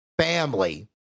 family